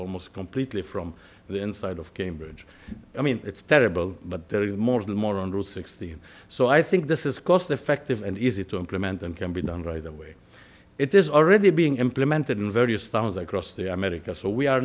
almost completely from the inside of cambridge i mean it's terrible but there is more of the more hundred sixty so i think this is cost effective and easy to implement and can be done right the way it is already being implemented in various towns across the americas so we are